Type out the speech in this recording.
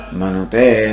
Manute